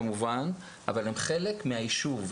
כמובן אבל הן חלק מהיישוב,